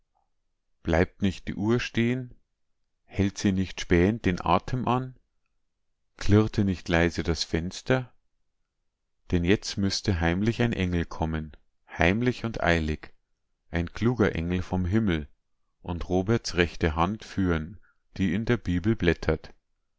bleibt nicht die uhr stehen hält sie nicht spähend den atem an klirrte nicht leise das fenster denn jetzt müßte heimlich ein engel kommen heimlich und eilig ein kluger engel vom himmel und roberts rechte hand führen die in der bibel blättert